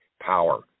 Power